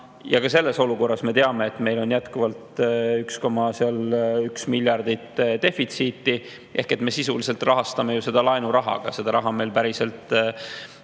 Ja ka selles olukorras me teame, et meil on jätkuvalt 1,1 miljardit defitsiiti ehk me sisuliselt rahastame seda laenurahaga. Seda raha meil päriselt